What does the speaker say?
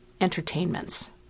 entertainments